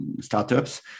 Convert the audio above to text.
startups